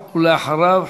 ואחריו,